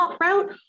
route